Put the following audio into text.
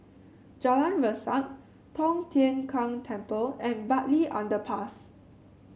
Jalan Resak Tong Tien Kung Temple and Bartley Underpass